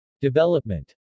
Development